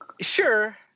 sure